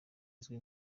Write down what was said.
izwi